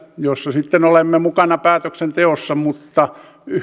jossa sitten olemme mukana päätöksenteossa mutta